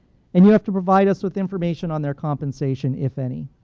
and you have to provide us with information on their compensation, if any.